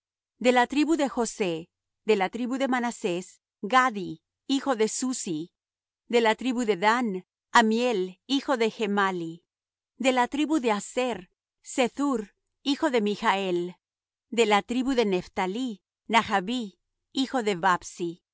de la tribu de josé de la tribu de manasés gaddi hijo de susi de la tribu de dan ammiel hijo de gemalli de la tribu de aser sethur hijo de michel de la tribu de nephtalí nahabí hijo de vapsi